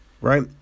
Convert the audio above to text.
right